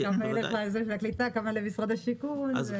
כמה למשרד הקליטה וכמה למשרד השיכון.